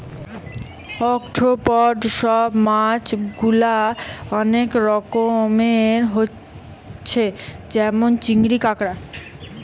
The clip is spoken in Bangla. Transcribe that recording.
আর্থ্রোপড সব মাছ গুলা অনেক রকমের হচ্ছে যেমন চিংড়ি, কাঁকড়া